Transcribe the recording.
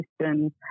systems